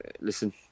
listen